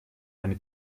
eine